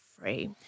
free